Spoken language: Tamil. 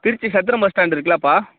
Trichy Chathiram bus stand இருக்கில்லப்பா